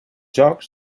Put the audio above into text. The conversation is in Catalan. jocs